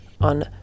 on